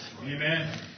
Amen